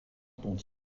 dont